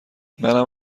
منم